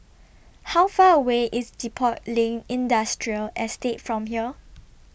How Far away IS Depot Lane Industrial Estate from here